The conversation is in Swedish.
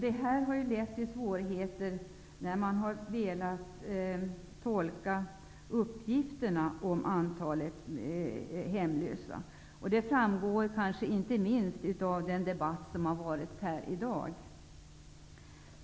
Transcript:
Det har lett till tolkningssvårigheter när det gäller uppgifter om antalet hemlösa, vilket inte minst framgår av dagens debatt.